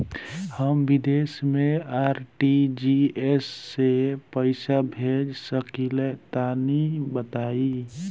हम विदेस मे आर.टी.जी.एस से पईसा भेज सकिला तनि बताई?